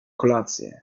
kolację